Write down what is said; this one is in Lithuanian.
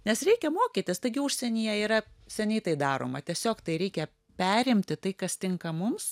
nes reikia mokytis taigi užsienyje yra seniai tai daroma tiesiog tai reikia perimti tai kas tinka mums